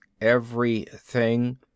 everything